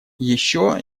еще